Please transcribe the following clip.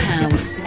House